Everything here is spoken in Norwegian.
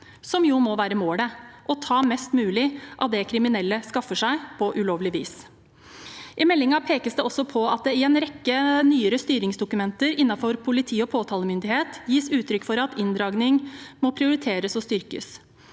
som jo må være målet: å ta mest mulig av det kriminelle skaffer seg på ulovlig vis. I meldingen pekes det også på at det i en rekke nyere styringsdokumenter innenfor politi og påtalemyndighet gis uttrykk for at inndragning må prioriteres og styrkes.